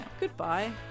goodbye